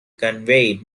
conveyed